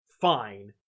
fine